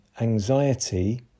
anxiety